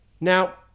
Now